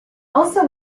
also